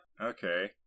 Okay